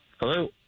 Hello